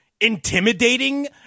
intimidating